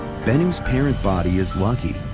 bennu's parent body is lucky,